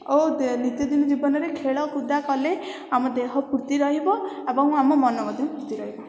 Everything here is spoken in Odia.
ଓ ଦେ ନିତିଦିନ ଜୀବନରେ ଖେଳକୁଦା କଲେ ଆମ ଦେହ ଫୁର୍ତ୍ତି ରହିବ ଏବଂ ଆମ ମନ ମଧ୍ୟ ଫୁର୍ତ୍ତି ରହିବ